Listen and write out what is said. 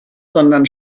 sondern